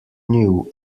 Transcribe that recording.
new